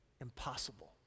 impossible